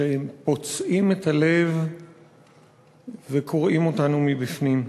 והם פוצעים את הלב וקורעים אותנו מבפנים.